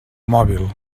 mòbil